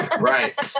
right